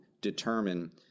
determine